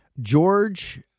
George